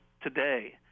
today